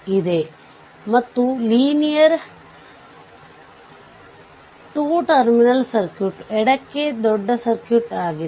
ಇಲ್ಲಿ ಈ ವಿದ್ಯುತ್ ಈ ರೀತಿ ತೆಗೆದುಕೊಳ್ಳಲಾಗಿದೆ ಇದು ಕೂಡ ಮೇಲ್ಮುಖವಾಗಿದೆ